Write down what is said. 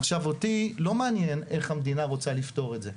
עכשיו אותי לא מעניין איך המדינה רוצה לפתור את זה.